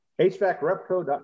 hvacrepco.com